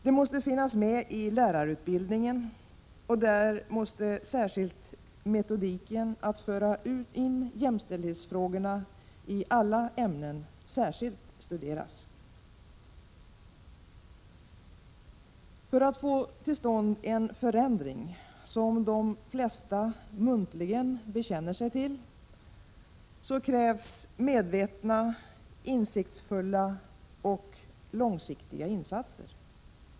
Det måste finnas med i lärarutbildningen, och där måste särskilt metodiken att föra in jämställdhetsfrågorna i alla ämnen särskilt studeras. För att få till stånd en förändring, som de flesta muntligen bekänner sig till, krävs medvetna, insiktsfulla och långsiktiga insatser.